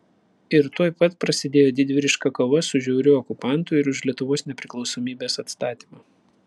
ir tuoj pat prasidėjo didvyriška kova su žiauriu okupantu ir už lietuvos nepriklausomybės atstatymą